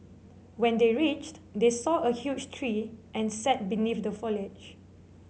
when they reached they saw a huge tree and sat beneath the foliage